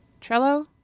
Trello